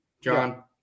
John